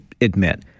admit